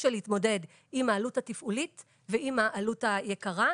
של התמודדות עם העלות התפעולית ועם העלות היקרה.